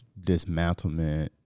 dismantlement